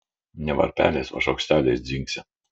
ne varpeliais o šaukšteliais dzingsi